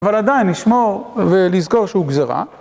אבל עדיין לשמור ו, לזכור שהוא גזרה.